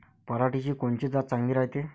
पऱ्हाटीची कोनची जात चांगली रायते?